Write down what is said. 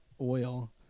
oil